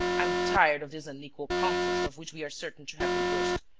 i am tired of this unequal contest of which we are certain to have the worst.